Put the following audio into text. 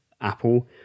Apple